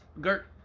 Gert